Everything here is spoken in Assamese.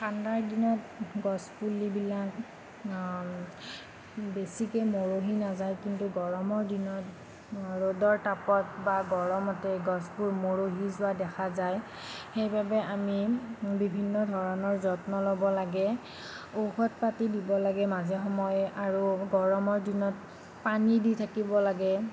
ঠাণ্ডাৰ দিনত গছপুলিবিলাক বেছিকে মৰহি নাযায় কিন্তু গৰমৰ দিনত ৰ'দৰ তাপত বা গৰমতে গছবোৰ মৰহি যোৱা দেখা যায় সেইবাবে আমি বিভিন্ন ধৰণৰ যত্ন ল'ব লাগে ঔষধ পাতি দিব লাগে মাজে সময়ে আৰু গৰমৰ দিনত পানী দি থাকিব লাগে